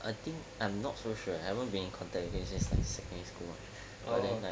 I think I'm not so sure haven't been contact with him since like secondary school but then like